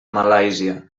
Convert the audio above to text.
malàisia